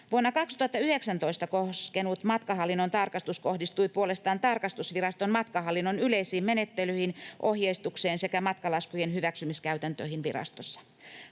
Vuotta 2019 koskenut matkahallinnon tarkastus kohdistui puolestaan tarkastusviraston matkahallinnon yleisiin menettelyihin, ohjeistukseen sekä matkalaskujen hyväksymiskäytäntöihin virastossa.